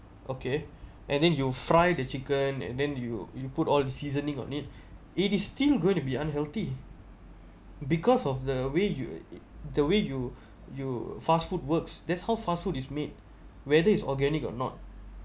okay and then you fry the chicken and then you you put all the seasoning on it it is still gonna be unhealthy because of the way you the way you you fast food works that's how fast food is made whether is organic or not